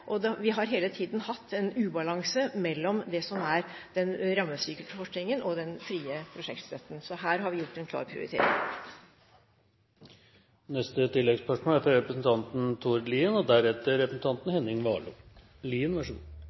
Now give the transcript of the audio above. og vi har hele tiden hatt en ubalanse mellom det som er den rammestyrte forskningen, og den frie prosjektstøtten – så her har vi gjort en klar prioritering. Tord Lien – til oppfølgingsspørsmål. Det er alltid artig å diskutere hvor mye penger man bruker. Jeg er for så